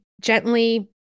gently